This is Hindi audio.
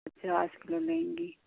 पचास किलो लेंगी